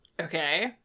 okay